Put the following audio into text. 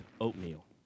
oatmeal